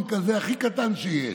המיקרון, הכי קטן שיש.